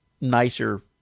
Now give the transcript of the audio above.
nicer